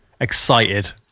excited